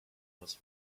was